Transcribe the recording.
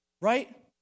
right